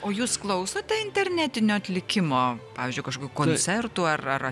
o jūs klausote internetinio atlikimo pavyzdžiui kašokių koncertų ar ar